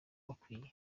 bakwiye